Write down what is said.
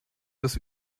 das